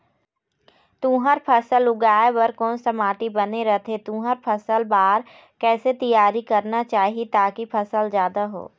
तुंहर फसल उगाए बार कोन सा माटी बने रथे तुंहर फसल बार कैसे तियारी करना चाही ताकि फसल जादा हो?